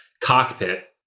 cockpit